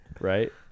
right